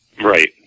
Right